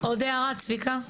עוד הערה, צביקה?